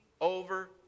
over